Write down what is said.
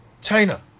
China